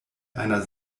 einer